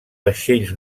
vaixells